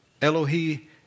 Elohi